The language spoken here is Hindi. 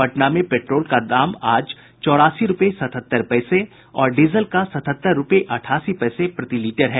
पटना में पेट्रोल का दाम आज चौरासी रूपये सतहत्तर पैसे और डीजल का सतहत्तर रूपये अट्ठासी पैसे प्रति लीटर है